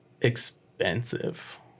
expensive